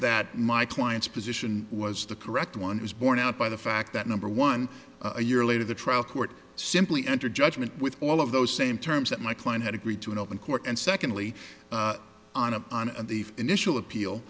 that my client's position was the correct one was borne out by the fact that number one a year later the trial court simply entered judgment with all of those same terms that my client had agreed to in open court and secondly on a on the finish will appeal